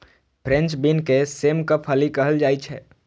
French bean के सेमक फली कहल जाइ छै